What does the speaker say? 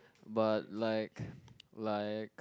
but like like